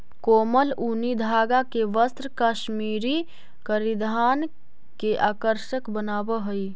कोमल ऊनी धागा के वस्त्र कश्मीरी परिधान के आकर्षक बनावऽ हइ